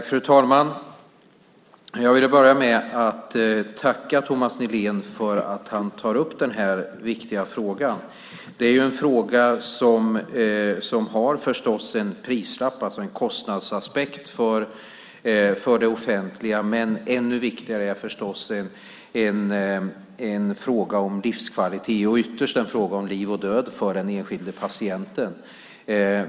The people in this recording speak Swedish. Fru talman! Jag vill tacka Thomas Nihlén för att han tar upp denna viktiga fråga. Det är en fråga som förstås har en prislapp, alltså en kostnadsaspekt för det offentliga. Ännu viktigare är förstås att det är en fråga om livskvalitet och ytterst en fråga om liv och död för den enskilde patienten.